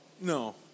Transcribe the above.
No